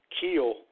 keel